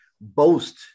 boast